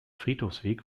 friedhofsweg